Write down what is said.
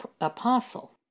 apostle